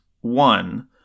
One